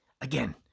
again